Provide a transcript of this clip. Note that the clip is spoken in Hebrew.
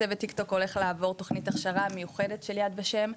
צוות טיקטוק הולך לעבור תוכנית הכשרה מיוחדת של יד ושם,